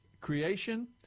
creation